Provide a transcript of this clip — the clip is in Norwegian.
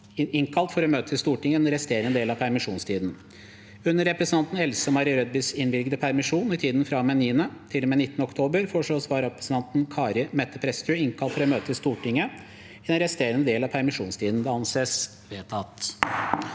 innkalt for å møte i Stortinget i den resterende del av permisjonstiden. Under representanten Else Marie Rødbys innvilgede permisjon i tiden fra og med 9. til og med 19. oktober foreslås vararepresentanten Kari Mette Prestrud innkalt for å møte i Stortinget i den resterende del av permisjonstiden. – Det anses vedtatt.